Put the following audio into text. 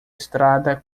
estrada